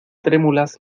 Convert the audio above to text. trémulas